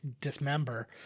dismember